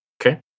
Okay